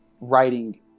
writing